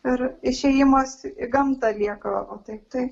ir išėjimas į gamtą lieka tai taip